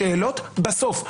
שאלות בסוף.